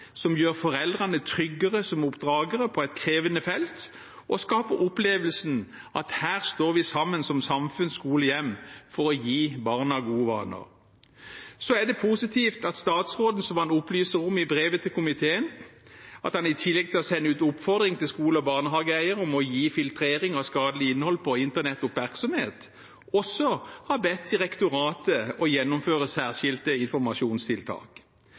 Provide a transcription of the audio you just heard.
som gjør foreldrene tryggere som oppdragere på et krevende felt, og som skaper opplevelsen av at vi her står sammen – som samfunn, skole og hjem – for å gi barna gode vaner. Det er positivt at statsråden, som han opplyser om i brevet til komiteen, i tillegg til å sende ut oppfordring til skole- og barnehageeiere om å gi filtrering av skadelig innhold på internett oppmerksomhet, også har bedt direktoratet om å gjennomføre særskilte informasjonstiltak.